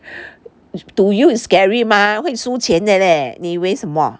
to you is scary mah 会输钱的 leh 你以为什么